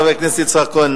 חבר הכנסת יצחק כהן,